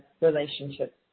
relationships